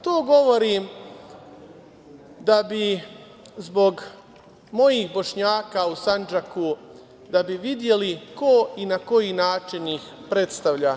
To govorim zbog mojih Bošnjaka u Sandžaku, da bi videli ko i na koji način ih predstavlja.